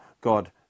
God